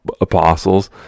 apostles